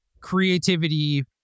creativity